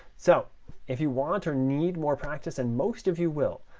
so if you want or need more practice, and most of you will,